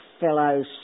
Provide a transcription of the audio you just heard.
fellow